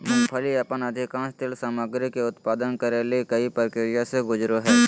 मूंगफली अपन अधिकांश तेल सामग्री के उत्पादन करे ले कई प्रक्रिया से गुजरो हइ